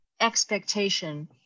expectation